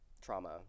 trauma